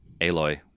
Aloy